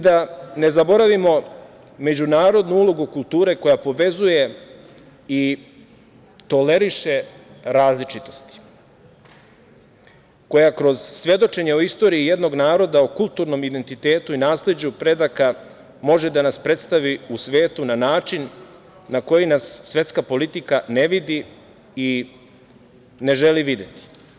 Da ne zaboravimo međunarodnu ulogu kulture, koja povezuje i toleriše različitosti, koja kroz svedočenje o istoriji jednog naroda o kulturnom identitetu i nasleđu predaka može da nas predstavi u svetu na način na koji nas svetska politika ne vidi i ne želi videti.